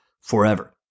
forever